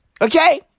Okay